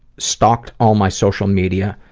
stalked all my social media,